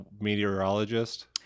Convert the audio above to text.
meteorologist